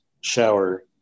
shower